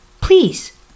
please